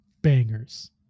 bangers